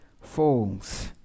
falls